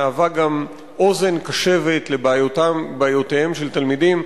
וגם מהווה אוזן קשבת לבעיותיהם של תלמידים,